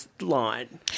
line